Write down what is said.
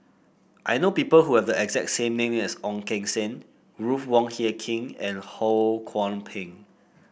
I know people who have the exact name as Ong Keng Sen Ruth Wong Hie King and Ho Kwon Ping